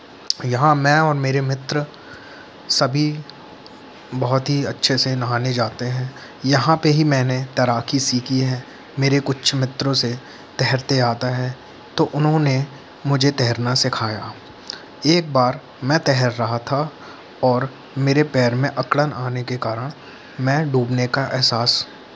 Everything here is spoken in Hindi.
यहाँ मैं और मेरे मित्र सभी बहुत ही अच्छे से नहाने जाते हैं यहाँ पे ही मैंने तैराकी सीखी है मेरे कुछ मित्रों से तैरते आता है तो उन्होंने मुझे तैरना सिखाया एक बार मैं तैर रहा था और मेरे पैर में अकड़न आने के कारण मैं डूबने का एहसास